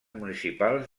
municipals